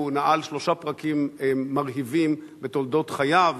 הוא נעל שלושה פרקים מרהיבים בתולדות חייו,